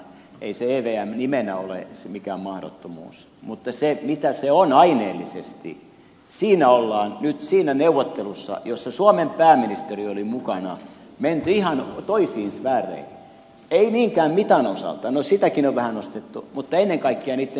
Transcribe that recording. ei se evm nimenä ole mikään mahdottomuus mutta siinä mitä se on aineellisesti siinä neuvottelussa jossa suomen pääministeri oli mukana on nyt menty ihan toisiin sfääreihin ei niinkään mitan osalta no sitäkin on vähän nostettu mutta ennen kaikkea niitten toimintamuotojen